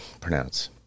pronounce